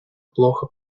плохо